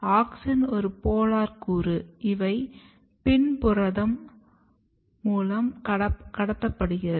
auxin ஒரு polar கூறு இவை PIN புரதம் மூலன் கடத்தப்படுகிறது